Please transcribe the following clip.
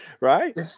Right